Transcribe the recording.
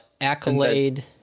Accolade